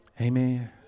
amen